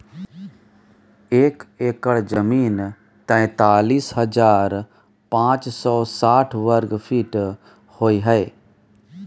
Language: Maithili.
एक एकड़ जमीन तैंतालीस हजार पांच सौ साठ वर्ग फुट होय हय